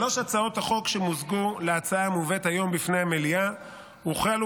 שלוש הצעות החוק שמוזגו להצעה המובאת היום בפני המליאה הוחלו